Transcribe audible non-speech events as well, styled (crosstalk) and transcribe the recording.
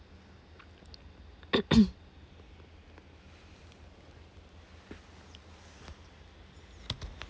(coughs)